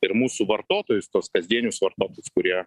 ir mūsų vartotojus tuos kasdienius vartotojus kurie